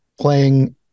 playing